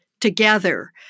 together